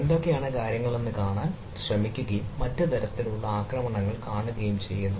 എന്തൊക്കെയാണ് കാര്യങ്ങൾ എന്ന് കാണാൻ ശ്രമിക്കുകയും മറ്റ് തരത്തിലുള്ള ആക്രമണങ്ങൾ കാണുകയും ചെയ്യുന്നു